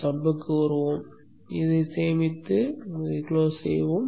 சப்க்கு வருவோம் இதை சேமித்து மூடுவோம்